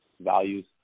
values